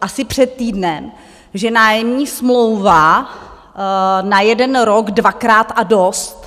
asi před týdnem, že nájemní smlouva na jeden rok dvakrát a dost.